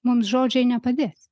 mums žodžiai nepadės